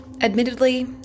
admittedly